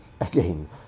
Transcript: again